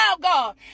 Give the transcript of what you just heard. god